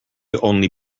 only